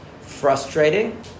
Frustrating